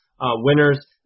winners